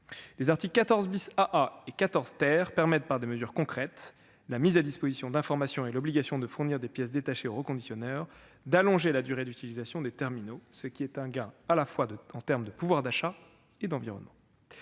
Les articles 14 AA et 14 permettent, par des mesures concrètes- la mise à disposition d'informations et l'obligation de fournir des pièces détachées aux reconditionneurs -d'allonger la durée d'utilisation des terminaux, ce qui est un gain en termes, à la fois, de pouvoir d'achat et d'environnement.